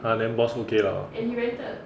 !huh! then boss okay lah